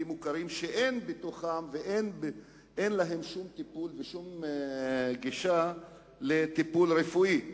מוכרים שאין בהם שום טיפול ושום גישה לטיפול רפואי.